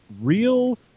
real